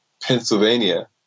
Pennsylvania